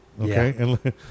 Okay